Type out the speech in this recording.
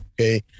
Okay